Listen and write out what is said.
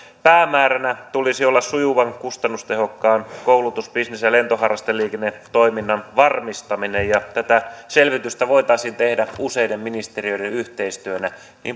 päämääränä tulisi olla sujuvan kustannustehokkaan koulutus bisnes ja lentoharrasteliikennetoiminnan varmistaminen tätä selvitystä voitaisiin tehdä useiden ministeriöiden yhteistyönä